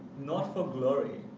not for glory,